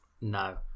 No